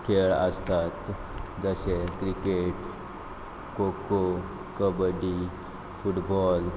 खेळ आसतात जशे क्रिकेट खोखो कबड्डी फुडबॉल